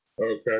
Okay